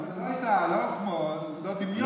זה לא כמו, אין דמיון.